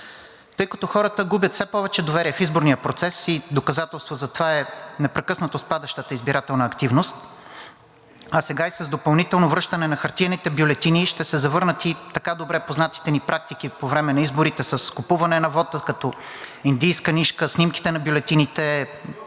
Тъй като хората губят все повече доверие в изборния процес и доказателство за това е непрекъснато спадащата избирателна активност, а сега и с допълнителното връщане на хартиените бюлетини ще се завърнат и така добре познатите ни практики по време на изборите с купуване на вота, като индийска нишка снимките на бюлетините